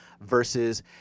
versus